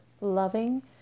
loving